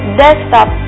desktop